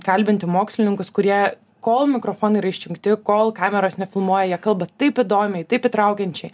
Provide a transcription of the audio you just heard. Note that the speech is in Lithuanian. kalbinti mokslininkus kurie kol mikrofonai yra išjungti kol kameros nefilmuoja jie kalba taip įdomiai taip įtraukiančia